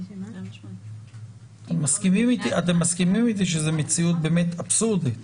אתם מסכימים איתי שזאת מציאות אבסורדית?